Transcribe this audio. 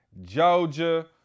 Georgia